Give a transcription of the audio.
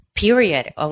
period